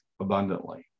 abundantly